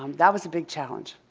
um that was a big challenge.